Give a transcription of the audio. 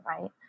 right